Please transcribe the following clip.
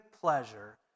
pleasure